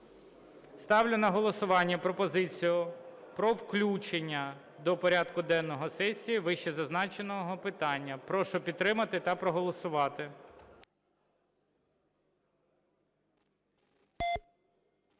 Ставлю на голосування пропозицію про включення до порядку денного сесії вищезазначеного питання. Прошу підтримати та проголосувати.